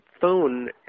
phone